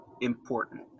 important